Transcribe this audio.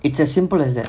it's as simple as that